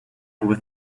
with